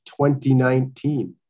2019